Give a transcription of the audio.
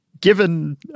Given